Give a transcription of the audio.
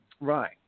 Right